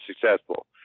successful